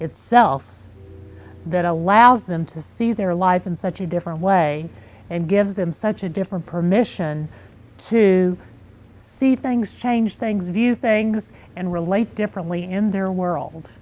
itself that allows them to see their life in such a different way and give them such a different permission to see things change things view things and relate differently in their world